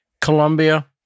Colombia